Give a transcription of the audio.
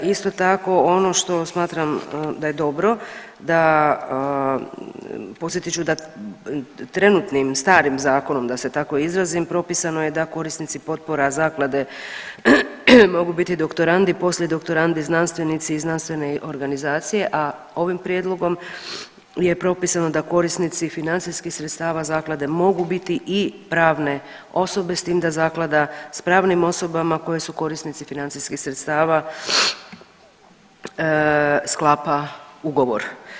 Isto tako ono što smatram da je dobro da podsjetit ću da trenutnim starim zakonom da se tako izrazim propisano je da korisnici potpora zaklade mogu biti doktorandi, poslije doktorandi, znanstvenici i znanstvene organizacije, a ovim prijedlogom je propisano da korisnici financijskih sredstava zaklade mogu biti i pravne osobe s tim da zaklada s pravnim osobama koji su korisnici financijskih sredstava sklapa ugovor.